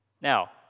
Now